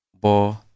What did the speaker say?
bo